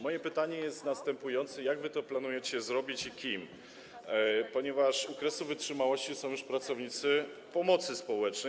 Moje pytanie jest następujące: Jak wy to planujecie zrobić i kim, ponieważ u kresu wytrzymałości są już pracownicy pomocy społecznej?